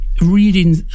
reading